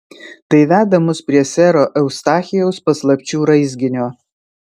tai veda mus prie sero eustachijaus paslapčių raizginio